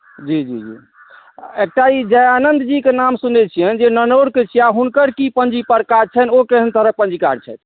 जी जी जी एकटा ई दयानन्दजीके नाम सुनै छियनि जे ननौरके छियाह हुनकर की पञ्जीपर काज छनि ओ केहन तरहक पञ्जीकार छथि